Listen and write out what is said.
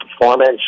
performance